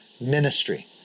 Ministry